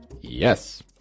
Yes